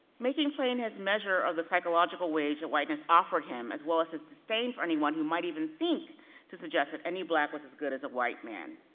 making plain his measure of the psychological ways that whiteness offered him, as well as his disdain for anyone who might even think to suggest that any black was as good as a white man.